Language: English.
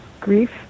Grief